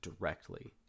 directly